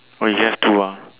oh you just do ah